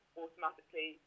automatically